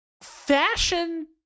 Fashion